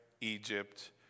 Egypt